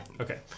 okay